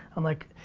i'm like,